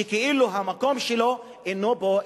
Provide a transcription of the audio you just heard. כאילו המקום שלו אינו פה,